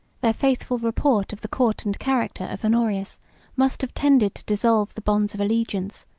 their faithful report of the court and character of honorius must have tended to dissolve the bonds of allegiance,